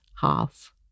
half